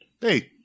hey